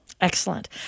Excellent